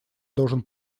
должен